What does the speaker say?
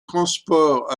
transports